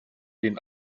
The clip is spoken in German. den